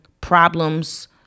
problems